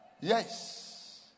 Yes